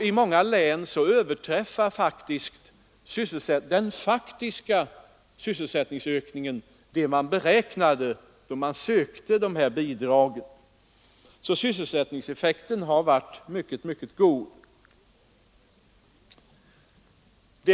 I många län överträffar den faktiska sysselsättningsökningen de beräkningar man gjorde när man sökte bidrag. Sysselsättningseffekten har alltså varit synnerligen god.